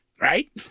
Right